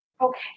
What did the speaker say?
Okay